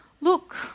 look